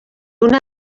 una